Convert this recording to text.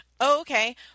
okay